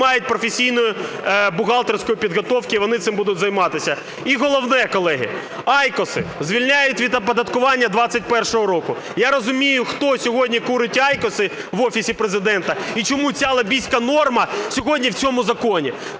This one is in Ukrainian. не мають професійної бухгалтерської підготовки і вони цим будуть займатися. І головне, колеги. IQOS звільняють від оподаткування 21-го року. Я розумію хто сьогодні курить IQOS в Офісі Президента і чому ця лобістська норма сьогодні в цьому законі.